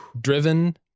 driven